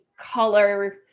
color